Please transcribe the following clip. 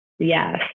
Yes